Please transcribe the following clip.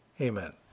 Amen